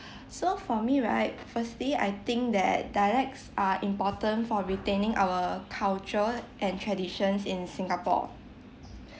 so for me right firstly I think that dialects are important for retaining our culture and traditions in singapore